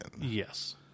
Yes